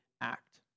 act